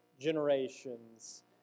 generations